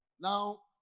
Now